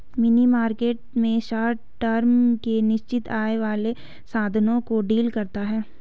money market में short term के निश्चित आय वाले साधनों को डील करता है